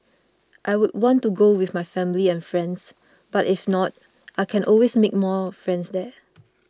I would want to go with my family and friends but if not I can always make more friends there